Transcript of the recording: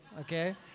Okay